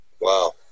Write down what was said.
Wow